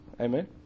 Amen